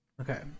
Okay